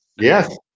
Yes